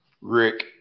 Rick